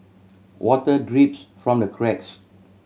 water drips from the cracks